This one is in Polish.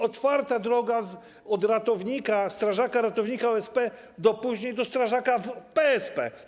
Otwarta droga od ratownika, strażaka ratownika OSP do, później, strażaka w PSP.